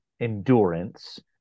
endurance